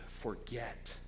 forget